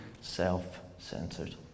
self-centered